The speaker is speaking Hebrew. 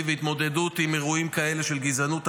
והתמודדות עם אירועים כאלה של גזענות,